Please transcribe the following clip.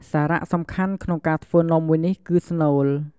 សារៈសំខាន់ក្នុងការធ្វើនំមួយនេះគឺ ស្នូល។